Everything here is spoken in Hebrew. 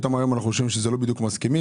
פתאום היום אנחנו שומעים שזה לא בדיוק מסכימים,